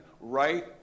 right